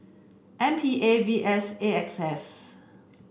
M P A V S A X S